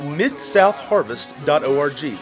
midsouthharvest.org